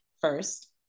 first